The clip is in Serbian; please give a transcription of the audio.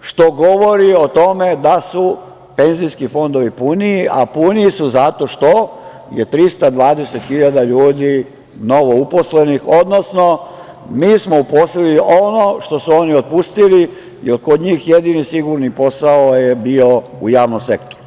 što govori o tome da su penzijski fondovi puniji, a puniji su zato što je 320.000 ljudi novouposlenih, odnosno mi smo uposlili ono što su oni otpustili, jer kod njih jedini sigurni posao je bio u javnom sektoru.